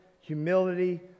humility